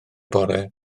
bore